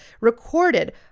recorded